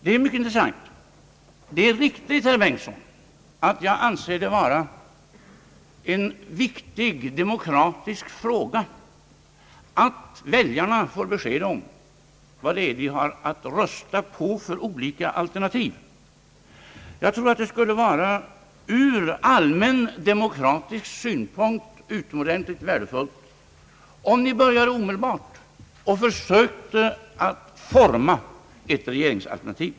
Det är riktigt, herr Bengtson, att jag anser det vara en viktig demokratisk fråga att väljarna får besked om vilka olika alternativ de har att rösta på. Jag tror att det från allmän demokratisk synpunkt skulle vara utomordentligt värdefullt om oppositionen omedelbart började försöka forma ett regeringsalternativ.